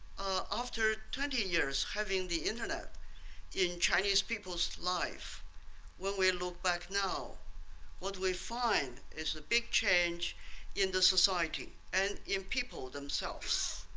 after twenty years having the internet in chinese people's life when we look back now what we find is a big change in the society and in people themselves.